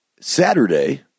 Saturday